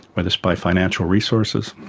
whether it's by financial resources.